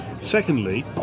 Secondly